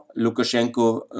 Lukashenko